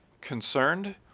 concerned